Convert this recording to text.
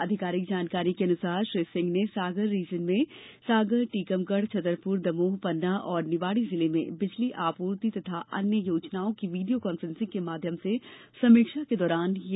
आधिकारिक जानकारी के अनुसार श्री सिंह ने सागर रीजन में सागर टीकमगढ़ छतरपुर दमोह पन्ना और निवाड़ी जिले में बिजली आपूर्ति और अन्य योजनाओं की वीडियो कान्फ्रेंसिंग के माध्यम से समीक्षा के दौरान यह निर्देश दिये